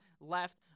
left